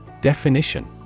Definition